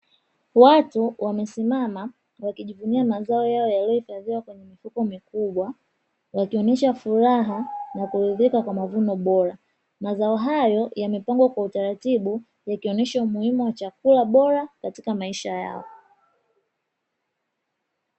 Watu wamesimama wakijivuniaa mazao yao yaliyohifadhiwa kwenye mifuko mikubwa, wakionyesha furaha ya kuridhika kwa mavuno bora, mazao hayo yamepangwa kwa utaratibu, yakionyesha umuhimu wa chakula bora katika maisha yao.